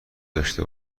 داشته